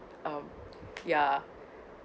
um ya